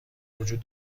وجود